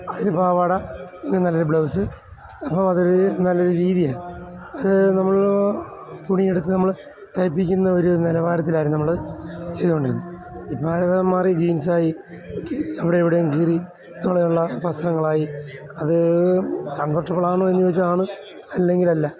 ഒരു പാവാട പിന്നെ നല്ലൊരു ബ്ലൗസ് അപ്പോൾ അതൊരു നല്ലൊരു രീതിയായിരുന്നു അത് നമ്മൾ തുണിയെടുത്ത് നമ്മൾ തയ്യ്പ്പിക്കുന്ന ഒരു നിലവാരത്തിലായിരുന്നു നമ്മൾ ചെയ്തോണ്ടിരുന്ന ഇപ്പോൾ അതെല്ലാം മാറി ജീൻസായി കീറി അവിടെയും ഇവിടെയും കീറി തൊളയുള്ള വസ്ത്രങ്ങളായി അത് കംഫർട്ടബിളാണോ എന്ന് ചോദിച്ചാൽ ആണ് അല്ലെങ്കിൽ അല്ല